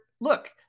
look